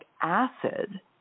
acid